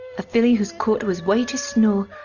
filly who's coat was white as snow,